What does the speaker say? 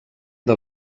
del